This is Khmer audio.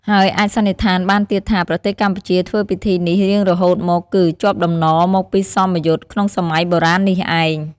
ហើយអាចសន្និដ្ឋានបានទៀតថា ប្រទេសកម្ពុជាធ្វើពិធីនេះរៀងរហូតមកគឺ ជាប់តំណមកពីសមយុទ្ធក្នុងសម័យបុរាណនេះឯង។